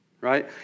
right